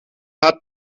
hat